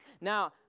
Now